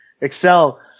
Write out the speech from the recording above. excel